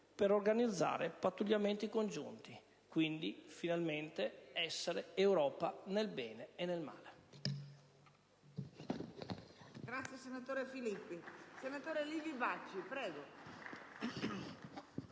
per organizzare pattugliamenti congiunti, quindi finalmente essere Europa, nel bene e nel male.